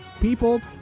people